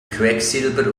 quecksilber